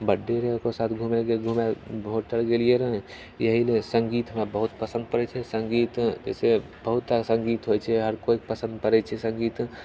birthday रहए ओकरे साथ घूमए घूमए होटल गेलिए रऽ इहे लऽ सङ्गीत हमरा बहुत पसंद पड़ैत छै सङ्गीत जैसे बहुत तरहके सङ्गीत होइत छै हर केओके पसंद पड़ैत छै सङ्गीत